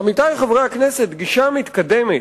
עמיתי חברי הכנסת, גישה מתקדמת,